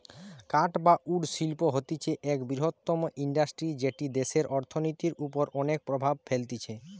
কাঠ বা উড শিল্প হতিছে এক বৃহত্তম ইন্ডাস্ট্রি যেটি দেশের অর্থনীতির ওপর অনেক প্রভাব ফেলতিছে